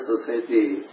society